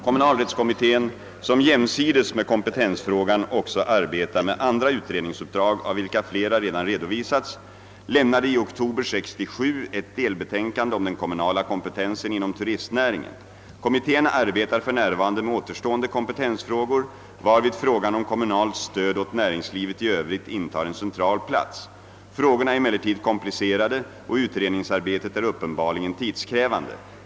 Kommunalrättskommitten — som jämsides med kompetensfrågan också arbetar med andra utredningsuppdrag, av vilka flera redan redovisats — lämnade i oktober 1967 ett delbetänkande om den kommunala kompetensen inom turistnäringen. Kommittén arbetar f.n. med återstående kompetensfrågor, varvid frågan om kommunalt stöd åt näringslivet i övrigt intar en central plats. Frågorna är emellertid komplicerade och utredningsarbetet är uppenbarligen tidskrävande.